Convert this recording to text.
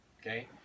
Okay